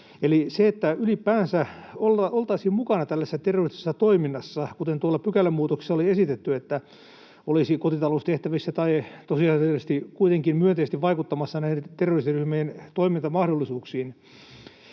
eli että ylipäänsä oltaisiin mukana tällaisessa terroristisessa toiminnassa, kuten tuolla pykälämuutoksella oli esitetty, että olisi kotitaloustehtävissä tai tosiasiallisesti kuitenkin myönteisesti vaikuttamassa näiden terroristiryhmien toimintamahdollisuuksiin.